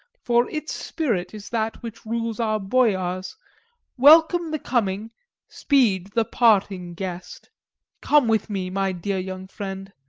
for its spirit is that which rules our boyars welcome the coming speed the parting guest come with me, my dear young friend.